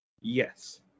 Yes